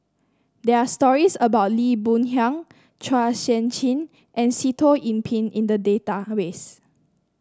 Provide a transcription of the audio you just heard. there are stories about Lee Boon Yang Chua Sian Chin and Sitoh Yih Pin in the database